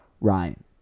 ryan